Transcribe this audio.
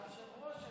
היושב-ראש,